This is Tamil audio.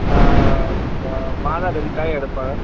ம மாதம் ரெண்டு டைம் எடுப்பேன்